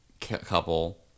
couple